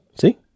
See